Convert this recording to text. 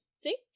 See